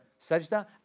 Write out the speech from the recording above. sajda